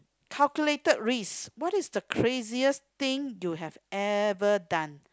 calculated risk what is the craziest thing you have ever done